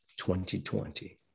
2020